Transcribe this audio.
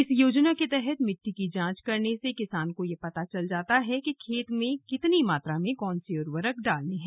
इस योजना के तहत मिट्टी की जांच करने से किसान को यह पता चल जाता है कि खेत में कितनी मात्रा में कौन से उर्वरक डालने हैं